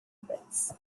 pits